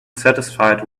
satisfied